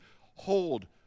hold